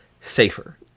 safer